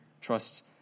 trust